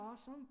awesome